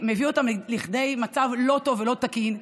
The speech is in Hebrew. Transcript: זה מביא אותם לכדי מצב לא טוב ולא תקין.